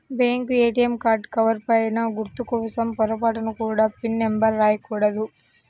bank ATM card cover పైన గుర్తు కోసం పొరపాటున కూడా పిన్ నెంబర్ రాయకూడదు